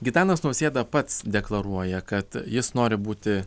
gitanas nausėda pats deklaruoja kad jis nori būti